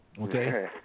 Okay